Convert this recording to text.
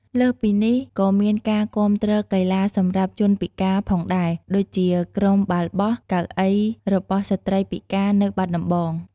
លើសពីនេះក៏មានការគំាទ្រកីឡាសម្រាប់ជនពិការផងដែរ ដូចជា ក្រុមបាល់បោះកៅអីរបស់ស្ត្រីពិការនៅបាត់ដំបង។